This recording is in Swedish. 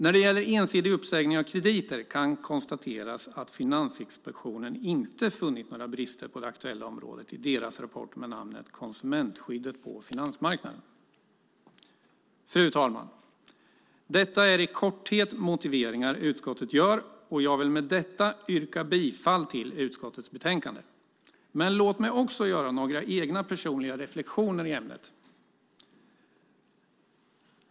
När det gäller ensidig uppsägning av krediter kan konstateras att Finansinspektionen inte funnit några brister på det aktuella området i sin rapport med namnet Konsumentskyddet på finansmarknaden . Fru talman! Detta är i korthet motiveringar utskottet gör, och jag vill med detta yrka bifall till utskottets förslag i betänkandet, men låt mig göra några egna personliga reflexioner i ämnet.